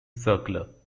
circular